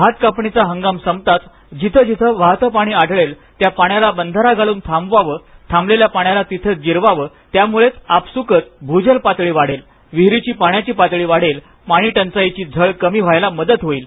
भात कापणीचा हंगाम संपताच जिथं जिथं वाहतं पाणी आढळेल त्या पाण्याला बंधारा घालून थांबवावं थांबलेल्या पाण्याला तेथेच जिरवावं त्यामुळेच आपसुकच भुजल पातळी वाढेल विहीरींची पाण्याची पातळी वाढेल पाणी टंचाईची झळ कमी होण्यास मदत होईल